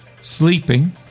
sleeping